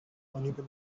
monument